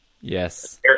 Yes